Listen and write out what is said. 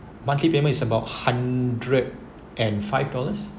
monthly payment is about hundred and five dollars